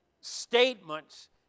statements